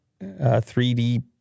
3D